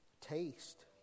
taste